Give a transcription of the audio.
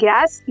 Gas